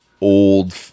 old